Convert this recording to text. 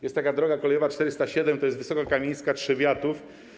Jest taka droga kolejowa 407, to jest droga Wysoka Kamieńska - Trzebiatów.